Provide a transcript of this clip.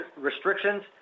restrictions